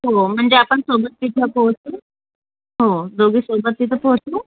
हो म्हणजे आपण सोबत तिथे पोहचू हो दोघी सोबत तिथे पोहचू